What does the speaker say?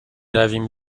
رویم